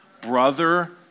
Brother